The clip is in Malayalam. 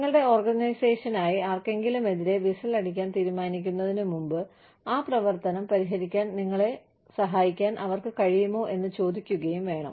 നിങ്ങളുടെ ഓർഗനൈസേഷനായി ആർക്കെങ്കിലുമെതിരെ വിസിൽ അടിക്കാൻ തീരുമാനിക്കുന്നതിന് മുമ്പ് ആ പ്രവർത്തനം പരിഹരിക്കാൻ നിങ്ങളെ സഹായിക്കാൻ അവർക്ക് കഴിയുമോ എന്ന് ചോദിക്കുകയും വേണം